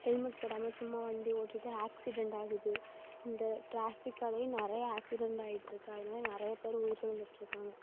helmet போடாமல் சும்மா வண்டி ஓட்டிகிட்டு ஆக்ஸிடெண்ட் ஆகுது இந்த ட்ராஃபிக்காலையே நிறைய ஆக்ஸிடெண்ட் ஆயிட்டுருக்கு அதனால் நிறைய பேர் உயிரிழந்துட்டு இருக்காங்க